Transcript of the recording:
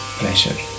pleasure